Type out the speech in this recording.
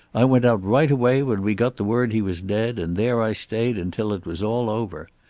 i went out right away when we got the word he was dead, and there i stayed until it was all over.